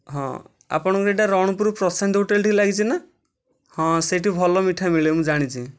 ହଁ ଆପଣଙ୍କର ଏଇଟା ରଣପୁର ପ୍ରଶାନ୍ତି ହୋଟେଲ୍ଠି ଲାଗିଛି ନା ହଁ ସେଇଠି ଭଲ ମିଠା ମିଳେ ମୁଁ ଜାଣିଛି